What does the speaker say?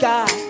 God